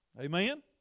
Amen